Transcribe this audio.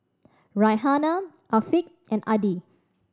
Raihana Afiq and Adi